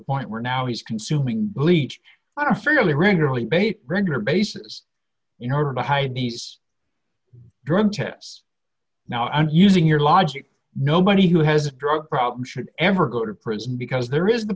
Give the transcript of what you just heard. point where now he's consuming bleach on a fairly regularly bathe regular basis in order to hide these drum chips now and using your logic nobody who has a drug problem should ever go to prison because there is the